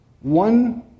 One